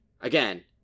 Again